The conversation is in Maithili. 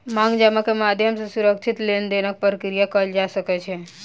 मांग जमा के माध्यम सॅ सुरक्षित लेन देनक प्रक्रिया कयल जा सकै छै